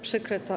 Przykre to.